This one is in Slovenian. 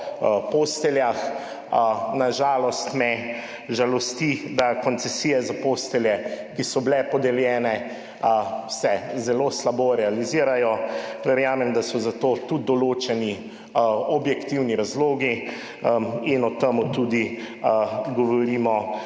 posteljah. Na žalost me žalosti, da se koncesije za postelje, ki so bile podeljene, zelo slabo realizirajo. Verjamem, da so za to tudi določeni objektivni razlogi, in o tem tudi govorimo